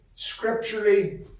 scripturally